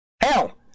Hell